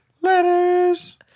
Letters